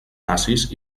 nazis